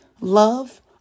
love